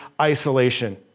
isolation